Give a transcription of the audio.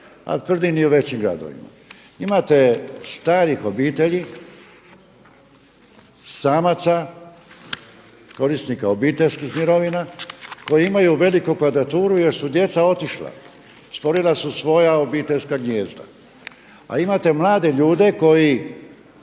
a tvrdim i u većim gradovima. Imate starih obitelji, samaca, korisnika obiteljskih mirovina koji imaju veliku kvadraturu jer su djeca otišla, stvorila su svoja obiteljska gnijezda. A imate mlade ljude koji